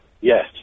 Yes